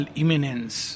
imminence